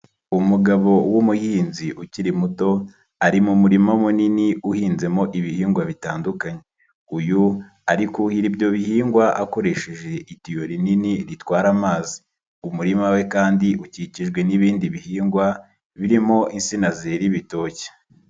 Umugabo w'umuhinzi ukiri muto, ari mu murima munini uhinzemo ibihingwa bitandukanye, uyu ari kuhira ibyo bihingwa akoresheje itiyo rinini ritwara amazi, umurima we kandi ukikijwe n'ibindi bihingwa, birimo insina zera ibitoki.